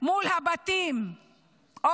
מול הבתים או